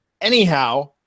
Anyhow